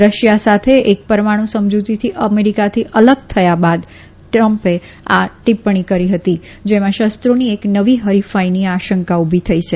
Russia સાથે એક પરમાણુ સમજ઼તીથી અમેરીકાથી અલગ થયા બાદ ટ્રમ્પે આ ટીપ્પણી કરી હતીજેમાં શક્ષ્ોની એક નવી હરીફાઈની આશંકા ઉભી થઈ છે